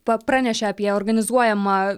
pa pranešė apie organizuojamą